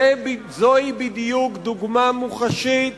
זוהי בדיוק דוגמה מוחשית